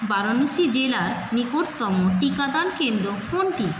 বারাণসী জেলার নিকটতম টিকাদান কেন্দ্র কোনটি